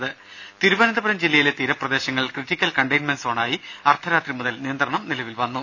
രുമ തിരുവനന്തപുരം ജില്ലയിലെ തീരപ്രദേശങ്ങൾ ക്രിട്ടിക്കൽ കണ്ടെയിൻമെന്റ് സോണായി അർധരാത്രി മുതൽ നിയന്ത്രണം നിലവിൽ വന്നു